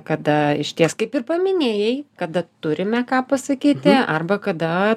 kada išties kaip ir paminėjai kada turime ką pasakyti arba kada